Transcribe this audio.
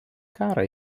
karą